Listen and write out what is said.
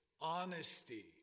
honesty